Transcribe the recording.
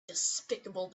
despicable